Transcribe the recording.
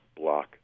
Block